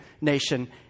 nation